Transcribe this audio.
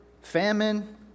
famine